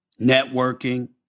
Networking